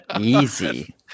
Easy